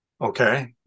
Okay